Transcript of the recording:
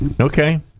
Okay